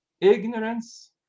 ignorance